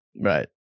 Right